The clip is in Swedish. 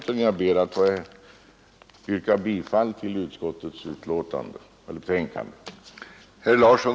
Jag ber därför att få yrka bifall till utskottets hemställan.